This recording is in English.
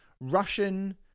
russian